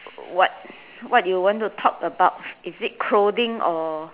what what do you want to talk about is it clothing or